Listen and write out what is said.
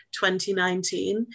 2019